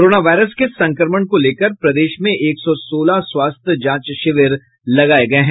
corona virus के संक्रमण को लेकर प्रदेश में एक सौ सोलह स्वास्थ्य जांच शिविर लगाये गये हैं